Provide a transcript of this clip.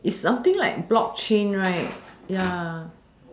is something like block chain right ya